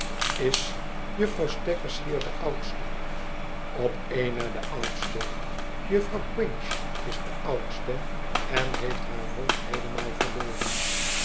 is juffrouw saggers hier de oudste op één na de oudste juffrouw quinch is de oudste en heeft haar hoofd heelemaal verloren